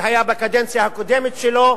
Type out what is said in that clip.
שהיתה בקדנציה הקודמת שלו.